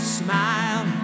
smile